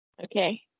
Okay